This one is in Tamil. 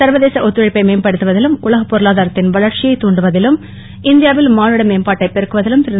சர்வதேச ஒத்துழைப்பை மேம்படுத்துவதிலும் உலகப் பொருளாதாரத்தின் வளர்ச்சியை தூண்டுவதிலும் இந்தியாவில் மானுட மேம்பாட்டை பெருக்குவதிலும் திரு